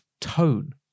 tone